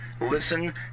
Listen